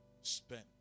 spent